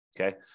okay